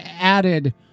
added